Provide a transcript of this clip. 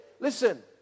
Listen